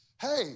hey